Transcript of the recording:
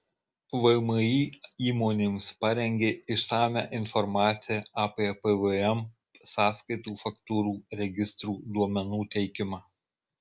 vmi įmonėms parengė išsamią informaciją apie pvm sąskaitų faktūrų registrų duomenų teikimą